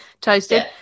Toasted